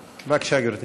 בבקשה, גברתי.